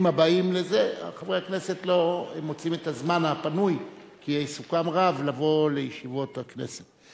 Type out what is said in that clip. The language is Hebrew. חברי הכנסת לא מוצאים את הזמן הפנוי לבוא לישיבות הכנסת,